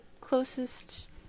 closest